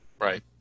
Right